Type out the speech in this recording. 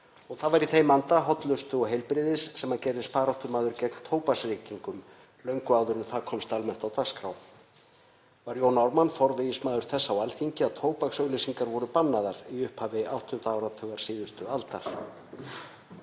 og það var í þeim anda hollustu og heilbrigðis sem hann gerðist baráttumaður gegn tóbaksreykingum, löngu áður en það komst almennt á dagskrá. Var Jón Ármann forvígismaður þess á Alþingi að tóbaksauglýsingar voru bannaðar í upphafi áttunda áratugar síðustu aldar.